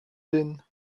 din